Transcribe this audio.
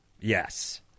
Yes